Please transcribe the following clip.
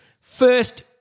first